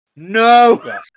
No